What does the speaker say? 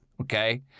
okay